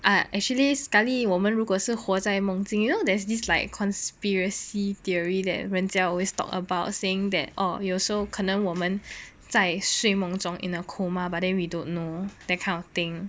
I actually sekali 我们如果是活在梦境 you know there's this like conspiracy theory that 人家 always talk about saying that orh 有时候可能我们在睡梦中 in a coma but then we don't know that kind of thing